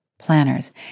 planners